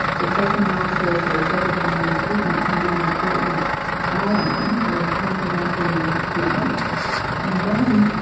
that psychoanalysis or psychodynamic treatment can be an important ah add-on or a complementary treatment and then,